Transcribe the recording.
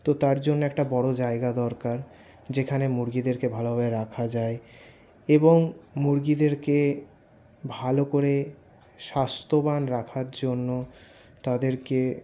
তো তার জন্য একটা বড়ো জায়গা দরকার যেখানে মুরগিদেরকে ভালোভাবে রাখা যায় এবং মুরগিদেরকে ভালো করে স্বাস্থ্যবান রাখার জন্য তাদেরকে